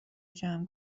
جمع